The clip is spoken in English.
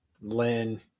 Lynn